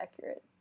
accurate